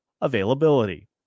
availability